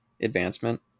advancement